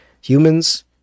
humans